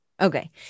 Okay